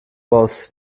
boss